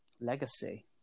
Legacy